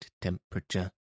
temperature